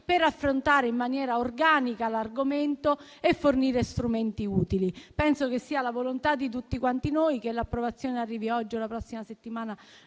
per affrontare in maniera organica l'argomento. Penso che sia la volontà di tutti quanti noi. Che l'approvazione arrivi oggi o la prossima settimana